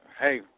hey